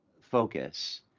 focus